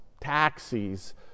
taxis